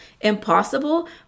impossible